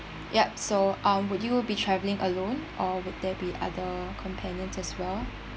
ya so um would you be travelling alone or would there be other companions as well